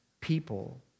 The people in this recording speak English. people